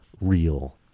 real